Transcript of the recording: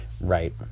Right